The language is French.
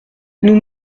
nous